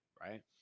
right